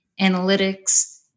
analytics